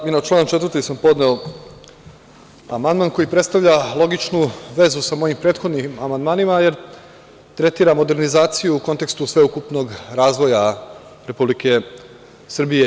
I na član 4. sam podneo amandman koji predstavlja logičnu vezu sa mojim prethodnim amandmanima, jer tretira modernizaciju u kontekstu sveukupnog razvoja Republike Srbije.